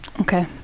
Okay